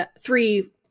three